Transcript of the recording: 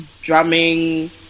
drumming